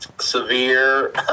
severe